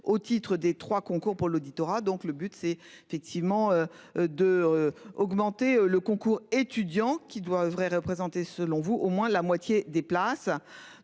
au titre des 3 concours pour l'auditorat. Donc le but c'est effectivement. De augmenter le concours étudiant qui doit oeuvrer représenter selon vous au moins la moitié des places,